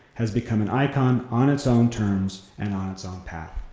has become an icon on its own terms and on its own path.